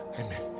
amen